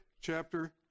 chapter